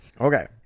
Okay